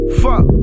Fuck